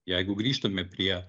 jeigu grįžtume prie